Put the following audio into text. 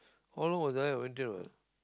how long was I